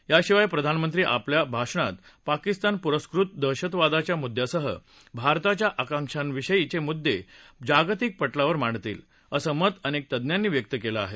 याशिवाय प्रधानमंत्री आपल्या भाषणात पाकिस्तान पुरस्कृत दहशतवादाच्या मुद्यासह भारताच्या आकाक्षांविषयीचे मुद्दे जागतिक पटलावर मांडतील असं मत अनेक तज्ञांनी व्यक्त केलं आहे